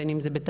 בין אם תעסוקה,